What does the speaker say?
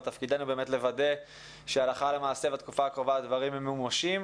אבל תפקידנו לוודא שהלכה למעשה בתקופה הקרובה הדברים ממומשים,